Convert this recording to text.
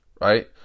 Right